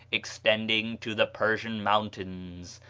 extending to the persian mountains.